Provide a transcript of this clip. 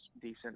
decent